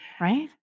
Right